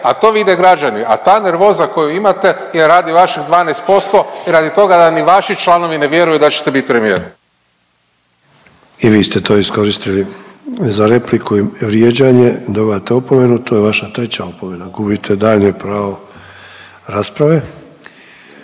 A to vide građani, a ta nervoza koju imate je radi vaših 12% i radi toga da ni vaši članovi ne vjeruju da ćete bit premijer. **Sanader, Ante (HDZ)** I vi ste to iskoristili za repliku i vrijeđanje, dobivate opomenu, to je vaša treća opomena, gubite daljnje pravo rasprave.